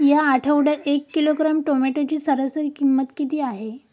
या आठवड्यात एक किलोग्रॅम टोमॅटोची सरासरी किंमत किती आहे?